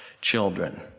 children